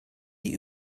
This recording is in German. die